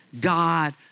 God